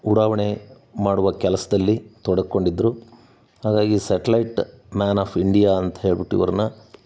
ಉಡಾವಣೆ ಮಾಡುವ ಕೆಲಸದಲ್ಲಿ ತೊಡ್ಕೊಂಡಿದ್ದರು ಹಾಗಾಗಿ ಸೆಟಲೈಟ್ ಮ್ಯಾನ್ ಆಫ್ ಇಂಡಿಯಾ ಅಂತ ಹೇಳ್ಬಿಟ್ಟು ಇವ್ರನ್ನು